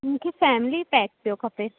मूंखे family pack जो खपे